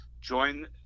join